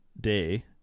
day